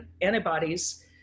antibodies